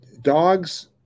Dogs